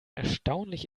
erstaunlich